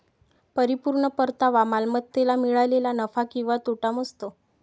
परिपूर्ण परतावा मालमत्तेला मिळालेला नफा किंवा तोटा मोजतो